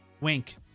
Wink